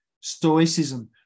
stoicism